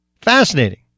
Fascinating